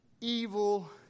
evil